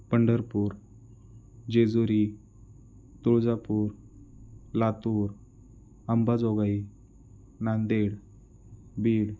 Pandharpur Jejuri Tuljapur Latur Ambajogai Nanded Beed